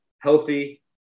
healthy